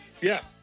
Yes